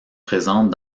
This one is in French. présentes